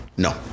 No